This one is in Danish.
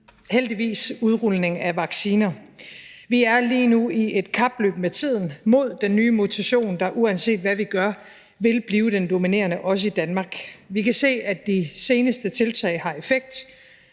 heldigvis – udrulningen af vacciner. Vi er lige nu i et kapløb med tiden mod den nye mutation, der, uanset hvad vi gør, vil blive den dominerende også i Danmark. Vi kan se, at de seneste tiltag har effekt.